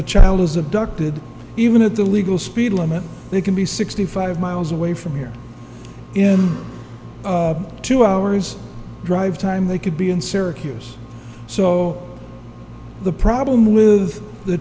the child is abducted even at the legal speed limit they can be sixty five miles away from here in two hours drive time they could be in syracuse so the problem with the